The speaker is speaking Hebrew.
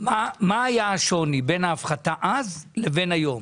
מה השוני בין ההפחתה אז לבין היום?